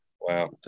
Wow